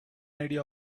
idea